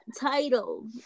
title